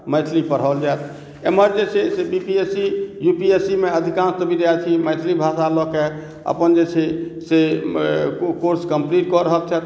मैथिली पढ़ाओल जाय एमहर जे छै से B P S C U P S C मे अधिकांशतः विद्यार्थी मैथिली भाषा लऽ कऽ अपन जे छै से कोर्स कम्पलीट कऽ रहल छथि